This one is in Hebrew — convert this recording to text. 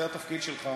זה התפקיד שלך